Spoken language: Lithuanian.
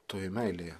toje meilėje